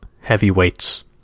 heavyweights